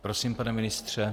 Prosím, pane ministře.